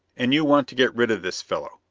and you want to get rid of this fellow?